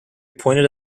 pointed